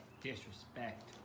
Disrespect